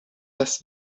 das